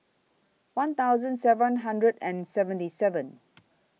one thousand seven hundred and seventy seven